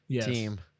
team